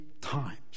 times